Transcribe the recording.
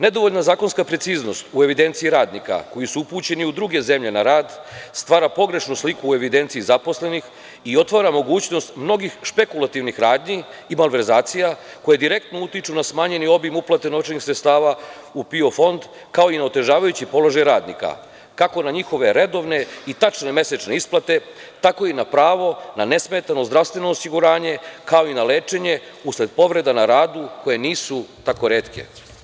Nedovoljna zakonska preciznost u evidenciji radnika koji su upućeni u druge zemlje na rad stvara pogrešnu sliku o evidenciji zaposlenih i otvara mogućnost mnogih špekulativnih radnji i malverzacija koje direktno utiču na smanjeni obim uplate novčanih sredstava u PIO fond kao i na otežavajući položaj radnika, kako na njihove redovne i tačne mesečne isplate, tako i na pravo na nesmetano zdravstveno osiguranje, kao i na lečenje usled povreda na radu koje nisu tako retke.